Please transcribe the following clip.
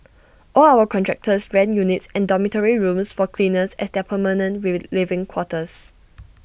all our contractors rent units and dormitory rooms for cleaners as their permanent living quarters